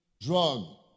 drug